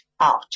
out